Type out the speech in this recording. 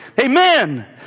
Amen